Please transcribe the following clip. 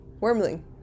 Wormling